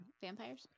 Vampires